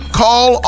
call